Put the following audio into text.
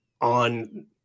on